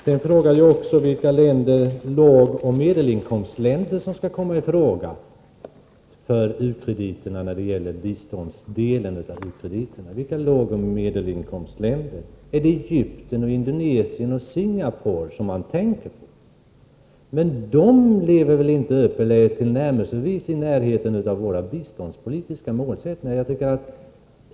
Sedan frågade jag vilka lågoch medelinkomstländer som skall komma i fråga för u-krediterna när det gäller biståndsdelen av dessa. Är det Egypten, Indonesien och Singapore som man tänker på? Men de lever väl inte tillnärmelsevis upp till våra biståndspolitiska målsättningar?